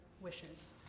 wishes